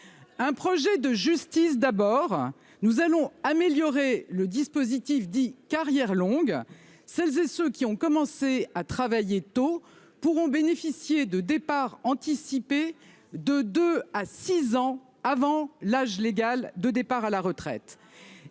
un projet de justice. Nous allons ainsi améliorer le dispositif dit « carrière longue ». Celles et ceux qui ont commencé à travailler tôt pourront bénéficier d'un départ anticipé de deux ans à six ans avant l'âge légal de départ à la retraite.